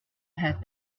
had